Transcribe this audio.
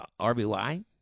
RBY